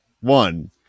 one